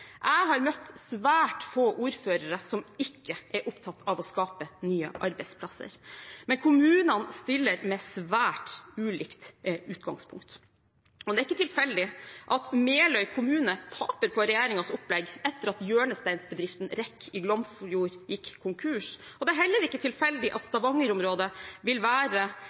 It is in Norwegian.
Jeg har møtt svært få ordførere som ikke er opptatt av å skape nye arbeidsplasser, men kommunene stiller med svært ulikt utgangspunkt. Det er ikke tilfeldig at Meløy kommune taper på regjeringens opplegg etter at hjørnesteinsbedriften REC i Glomfjord gikk konkurs, og det er heller ikke tilfeldig at Stavanger-området vil være